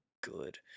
good